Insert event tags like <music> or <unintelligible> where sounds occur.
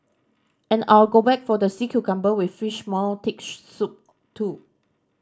and I'll go back for the sea cucumber with fish maw thick <unintelligible> soup too